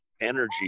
energy